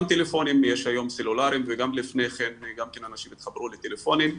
גם טלפונים יש היום סלולריים וגם לפני כן אנשים התחברו לטלפונים,